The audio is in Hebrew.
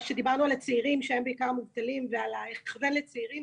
שדיברנו על הצעירים שהם בעיקר המובטלים ועל הכוון לצעירים,